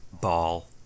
ball